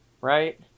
Right